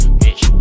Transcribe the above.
bitch